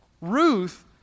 Ruth